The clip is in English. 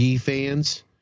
fans